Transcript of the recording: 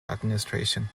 administration